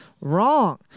wrong